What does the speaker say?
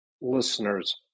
listeners